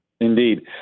Indeed